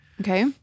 Okay